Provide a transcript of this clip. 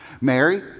Mary